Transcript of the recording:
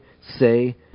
say